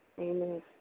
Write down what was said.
Amen